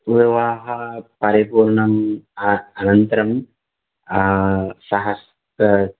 विवाहपरिपूर्णं अनन्तरं सहस्त्रं